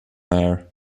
air